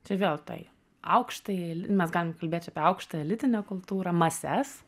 čia vėl tai aukštajai mes galim kalbėt čia apie aukštą elitinę kultūrą mases